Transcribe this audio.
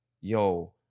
yo